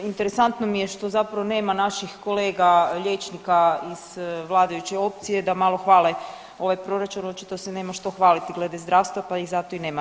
Interesantno mi je što zapravo nema naših kolega liječnika iz vladajuće opcije da malo hvale ovaj proračun, očito se nema što hvaliti glede zdravstva pa ih zato i nema.